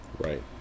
Right